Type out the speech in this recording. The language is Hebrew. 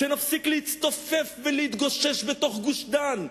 שנפסיק להצטופף ולהתגושש בתוך גוש-דן.